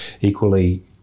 equally